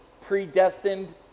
predestined